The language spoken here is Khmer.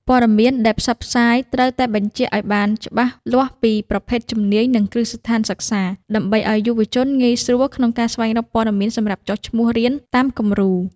ព័ត៌មានដែលផ្សព្វផ្សាយត្រូវតែបញ្ជាក់ឱ្យបានច្បាស់លាស់ពី «ប្រភេទជំនាញ និងគ្រឹះស្ថានសិក្សា» ដើម្បីឱ្យយុវជនងាយស្រួលក្នុងការស្វែងរកព័ត៌មានសម្រាប់ចុះឈ្មោះរៀនតាមគំរូ។